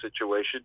situation